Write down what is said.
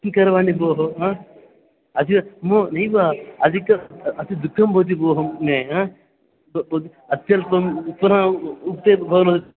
किं करवाणि भोः हा अद्य मो नैव अधिकम् अतिदुःखं भवति भोः मे हा अत्यल्पं पुनः उक्ते भवान्